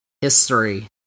history